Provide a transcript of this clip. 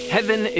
Heaven